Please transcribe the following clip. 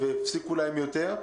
והפסיקו להם יותר.